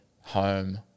home